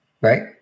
Right